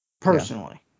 personally